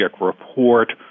report